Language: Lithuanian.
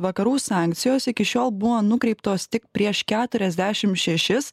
vakarų sankcijos iki šiol buvo nukreiptos tik prieš keturiasdešim šešis